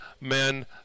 men